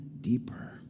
deeper